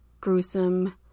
gruesome